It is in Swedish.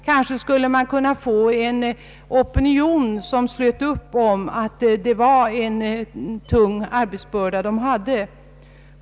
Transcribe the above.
Kanske skulle man kunna skapa en opinion för att de hade en tung arbetsbörda.